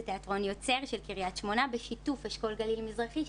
זה תיאטרון יוצר של קריית שמונה בשיתוף אשכול גליל מזרחי,